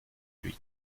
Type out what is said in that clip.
lui